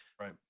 right